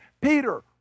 Peter